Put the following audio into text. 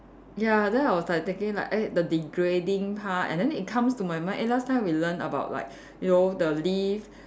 ya then I was like thinking like eh the degrading part and then it comes to my mind eh last time we learn about like you know the leaf